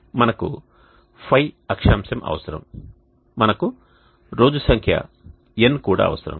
మనకు φ అక్షాంశం అవసరం మనకు రోజు సంఖ్య N కూడా అవసరం